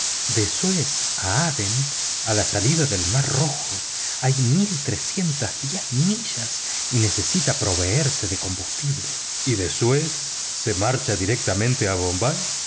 de suez a adén a la salida del mar rojo hay mil trescientas diez millas y necesita proveerse de combustible y de suez se marcha directamente a bombay